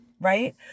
right